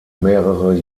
mehrere